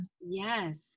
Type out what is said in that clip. yes